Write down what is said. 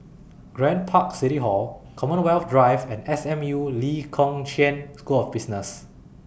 Grand Park City Hall Commonwealth Drive and S M U Lee Kong Chian School of Business